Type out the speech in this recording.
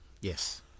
Yes